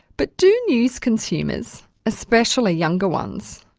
but do news consumers, especially younger ones,